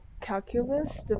calculus